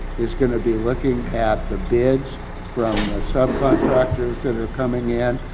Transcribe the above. it's gonna be looking at the bids from the sub-contractors that are coming in.